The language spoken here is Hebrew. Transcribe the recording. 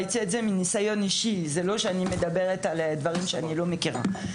אם בגרות צרפתית מוכרת אז יש להכיר בה בכל המוסדות.